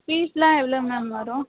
ஃபீஸ்யெலாம் எவ்வளோ மேம் வரும்